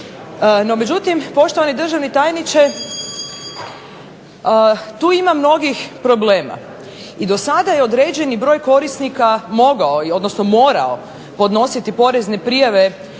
međutim poštovani državni tajniče tu ima mnogih problema. I do sada je broj određenih korisnika mogao odnosno morao podnositi porezne prijave